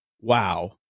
Wow